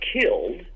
killed